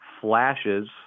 flashes